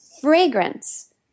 fragrance